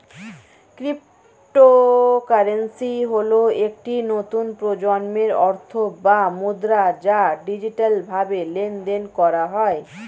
cryptocurrency হল একটি নতুন প্রজন্মের অর্থ বা মুদ্রা যা ডিজিটালভাবে লেনদেন করা হয়